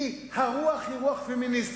כי הרוח היא רוח פמיניסטית.